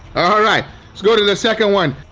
alright let's go to the second one.